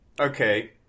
Okay